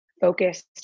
focused